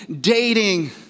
dating